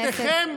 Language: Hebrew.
לבושתכם,